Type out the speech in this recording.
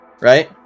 right